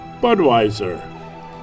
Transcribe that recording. Budweiser